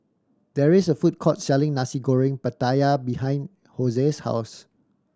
there is a food court selling Nasi Goreng Pattaya behind Jose's house